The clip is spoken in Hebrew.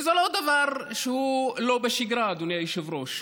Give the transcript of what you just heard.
וזה לא דבר שהוא לא בשגרה, אדוני היושב-ראש.